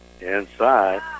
Inside